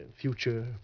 future